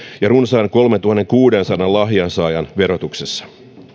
ja runsaan kolmentuhannenkuudensadan lahjansaajan verotuksessa